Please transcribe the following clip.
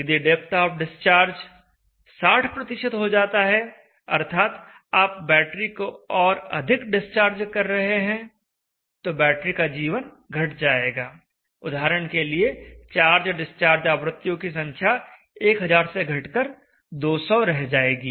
यदि depth of discharge 60 हो जाता है अर्थात् आप बैटरी को और अधिक डिस्चार्ज कर रहे हैं तो बैटरी का जीवन घट जाएगा उदाहरण के लिए चार्ज डिस्चार्ज आवृत्तियों की संख्या 1000 से घटकर 200 रह जाएगी